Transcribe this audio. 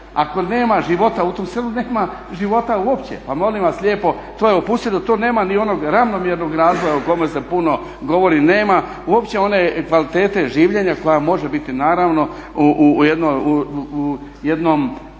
ako nema života u tom selu nema života uopće. Pa molim vas lijepo, to je opustjelo, tu neka ni onog ravnomjernog razvoja o kome se puno govori. Nema uopće one kvalitete življenja koja može biti naravno u jednom